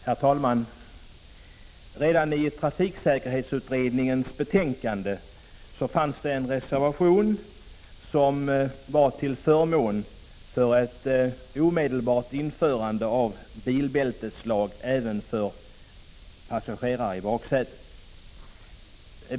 Herr talman! Redan i trafiksäkerhetsutredningens betänkande fanns det en reservation som var till förmån för ett omedelbart införande av bilbälteslag även för passagerare i baksätet.